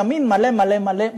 ימין מלא מלא מלא.